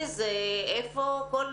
שזה בסוף כמדומני 50% מהציון את בטח